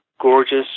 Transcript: gorgeous